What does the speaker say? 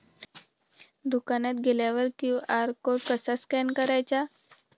दुकानात गेल्यावर QR code कसा स्कॅन करायचा?